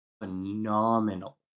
phenomenal